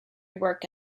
work